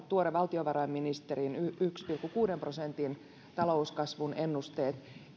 valtiovarainministeriön tuore yhden pilkku kuuden prosentin talouskasvun ennusteet